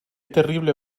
terrible